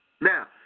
Now